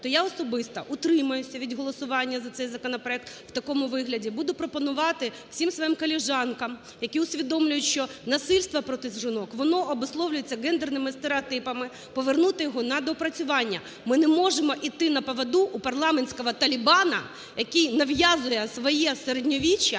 то я особисто утримаюся від голосування за цей законопроект у такому вигляді, буду пропонувати всім своїм колежанкам, які усвідомлюють, що насильство проти жінок воно обусловлюється ґендерними стереотипами, повернути його на доопрацювання. Ми не можемо іти на поводу у "парламентського талібану", який нав'язує своє середньовіччя